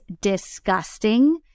disgusting